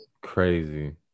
Crazy